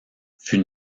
fut